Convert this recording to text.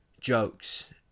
jokes